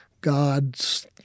God's